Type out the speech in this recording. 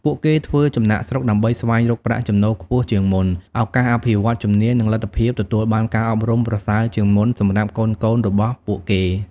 ពួកគេធ្វើចំណាកស្រុកដើម្បីស្វែងរកប្រាក់ចំណូលខ្ពស់ជាងមុន ឱកាសអភិវឌ្ឍន៍ជំនាញ និងលទ្ធភាពទទួលបានការអប់រំប្រសើរជាងមុនសម្រាប់កូនៗរបស់ពួកគេ។